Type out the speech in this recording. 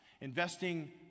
investing